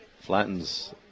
Flattens